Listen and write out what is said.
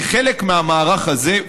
כחלק מהמערך הזה,